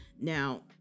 now